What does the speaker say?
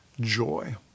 Joy